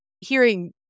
Hearing